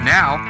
now